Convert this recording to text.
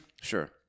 Sure